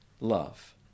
love